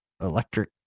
electric